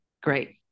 great